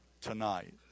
tonight